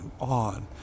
on